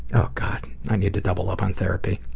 oh god, i need to double up on therapy.